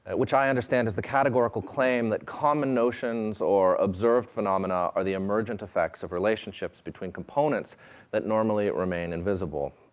which i understand is the categorical claim that common notions or observed phenomena are the emergent effects of relationships between components that normally remain invisible.